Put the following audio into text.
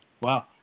Wow